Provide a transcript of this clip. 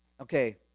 okay